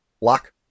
Lock